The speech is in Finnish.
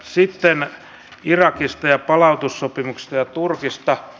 sitten irakista ja palautussopimuksista ja turkista